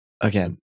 Again